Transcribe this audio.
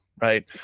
right